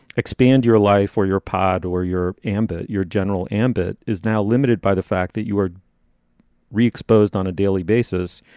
expand your life or your ipod or your amba, your general ambit is now limited by the fact that you are re exposed on a daily basis.